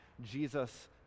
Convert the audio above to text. Jesus